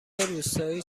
روستایی